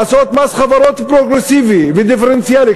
לעשות מס חברות פרוגרסיבי ודיפרנציאלי,